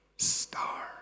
star